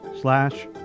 slash